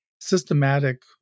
systematic